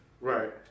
Right